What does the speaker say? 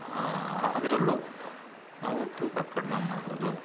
ಆಂ ಅದರಲ್ಲೂ ನಾವು ತೂಕ ಕಡಿಮೆ ಮಾಡ್ಬೋದು